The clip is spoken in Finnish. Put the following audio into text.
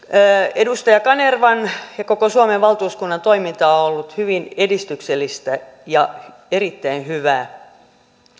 edustaja kanervan ja koko suomen valtuuskunnan toiminta on ollut hyvin edistyksellistä ja erittäin hyvää